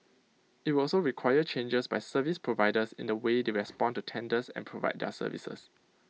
IT will also require changes by service providers in the way they respond to tenders and provide their services